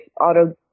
auto